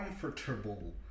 comfortable